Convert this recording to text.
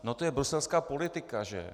No to je bruselská politika, že?